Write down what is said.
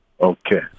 Okay